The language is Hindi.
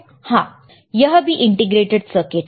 हां यह भी इंटीग्रेटेड सर्किट है